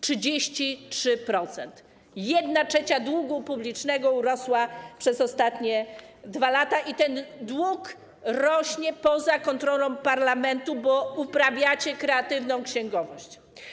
33%. 1/3 długu publicznego urosła przez ostatnie 2 lata i ten dług rośnie poza kontrolą parlamentu, bo uprawiacie kreatywną księgowość.